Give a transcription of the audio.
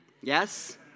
Yes